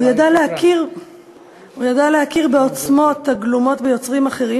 הוא ידע להכיר בעוצמות הגלומות ביוצרים אחרים